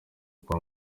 kwa